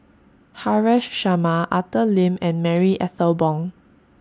Haresh Sharma Arthur Lim and Marie Ethel Bong